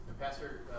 Pastor